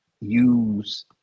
use